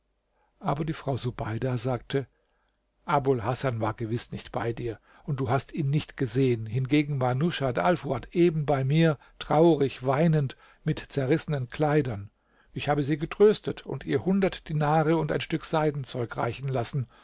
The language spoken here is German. aber die frau subeida sagte abul hasan war gewiß nicht bei dir und du hast ihn nicht gesehen hingegen war rushat alfuad eben bei mir traurig weinend mit zerrissenen kleidern ich habe sie getröstet und ihr hundert dinare und ein stück seidenzeug reichen lassen